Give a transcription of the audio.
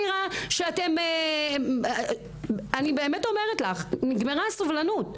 אני באמת אומרת לך, נגמרה הסבלנות.